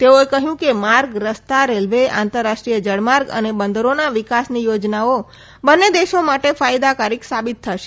તેઓએ કહ્યું કે માર્ગ રસ્તા રેલવે આંતરરાષ્ટ્રીય જળમાર્ગ અને બંદરોના વિકાસની યોજનાઓ બંને દેશો માટે ફાયદાકારક સાબિત થશે